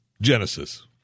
Genesis